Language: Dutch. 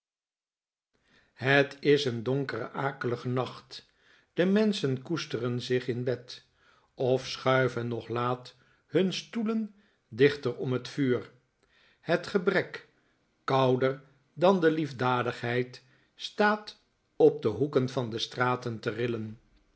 het is een donkere akelige nacht de menschen koesteren zich in bed of schuiven nog laat hun stoelen dichter om het vuur het gebrek kouder dan de liefdadigheid staat op de hoeken van de straten te rillen